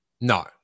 No